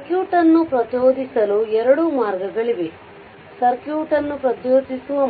circuit ಅನ್ನು ಪ್ರಚೋದಿಸಲು ಎರಡು ಮಾರ್ಗಗಳಿವೆ ಸರ್ಕ್ಯೂಟ್ ಅನ್ನು ಪ್ರಚೋದಿಸುವ